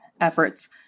efforts